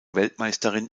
weltmeisterin